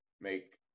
make